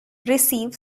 receive